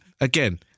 Again